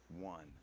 one